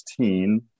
2016